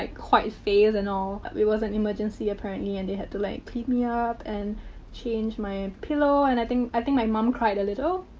like, white face and all. it was an emergency, apparently, and they had to like clean me up and change my pillow. and, i think i think my mom cried a little.